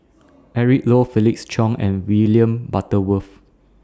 Eric Low Felix Cheong and William Butterworth